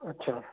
अछा